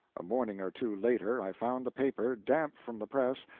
a morning or two later i found the paper, damp from the press,